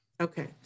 Okay